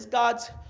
God's